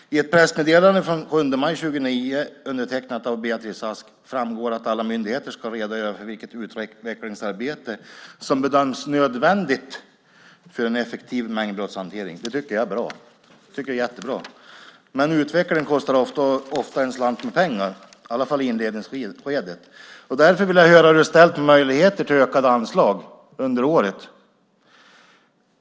I ett pressmeddelande från den 7 maj 2009, undertecknat av Beatrice Ask, framgår det att alla myndigheter ska redogöra för vilket utvecklingsarbete som bedöms nödvändigt för en effektiv mängdbrottshantering. Det tycker jag är bra. Jag tycker att det är jättebra. Men utveckling kostar ofta en slant, i alla fall i inledningsskedet. Därför vill jag höra hur det är ställt med möjligheter till ökade anslag under året.